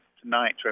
Tonight